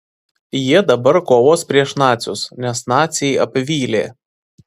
jie dabar kovos prieš nacius nes naciai apvylė